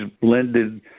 blended